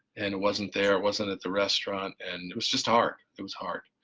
and it wasn't there, wasn't at the restaurant and it was just hard, it was hard.